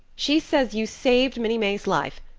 she says you saved minnie may's life,